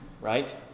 right